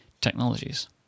technologies